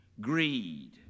greed